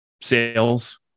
sales